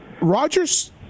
Rogers